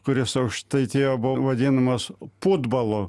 kuris aukštaitijoj buvo vadinamas futbolu